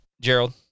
Gerald